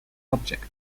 object